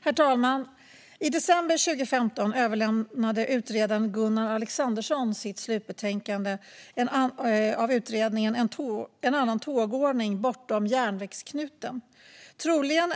Herr talman! I december 2015 överlämnade utredaren Gunnar Alexandersson sitt slutbetänkande En annan tågordning - bortom järnvägsknuten . Det är troligen